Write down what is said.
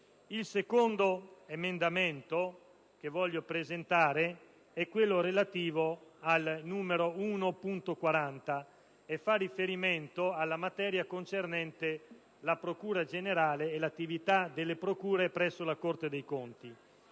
Il secondo emendamento che voglio presentare è l'1.40, che fa riferimento alla materia concernente la procura generale e l'attività delle procure presso la Corte dei conti.